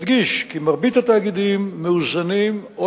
ונדגיש כי מרבית התאגידים מאוזנים או